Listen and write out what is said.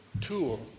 tool